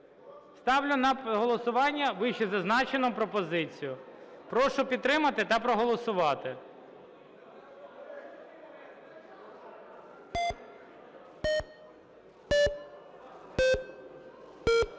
Ставлю на голосування вищезазначену пропозицію. Прошу підтримати та проголосувати.